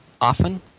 often